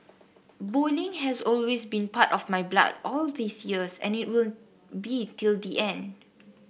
bowling has always been part of my blood all these years and it will be till the end